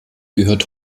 gehört